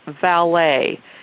Valet